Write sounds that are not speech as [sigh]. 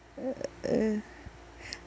uh uh [breath]